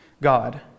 God